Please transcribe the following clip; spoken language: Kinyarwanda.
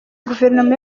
guverinoma